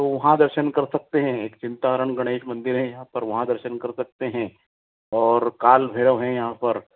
तो वहाँ दर्शन कर सकते हैं एक चिंताहरण गणेश मंदिर है यहाँ पर वहाँ दर्शन कर सकते हैं और काल भैरव है यहाँ पर